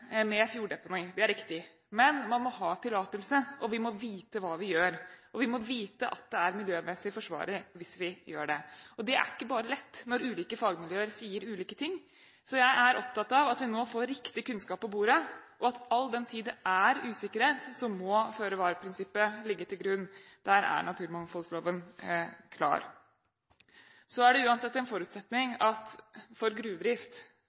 med fjorddeponi – det er riktig. Men man må ha tillatelse, og vi må vite hva vi gjør. Vi må vite at det er miljømessig forsvarlig, hvis vi gjør det. Det er ikke bare lett når ulike fagmiljøer sier ulike ting, så jeg er opptatt av at vi nå får riktig kunnskap på bordet. All den tid det er usikkerhet, må føre-var-prinsippet ligge til grunn. Der er naturmangfoldloven klar. Det er uansett en forutsetning for